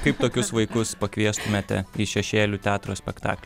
kaip tokius vaikus pakviestumėte į šešėlių teatro spektaklį